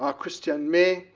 ah christian may,